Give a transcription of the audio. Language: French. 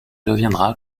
deviendra